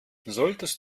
solltest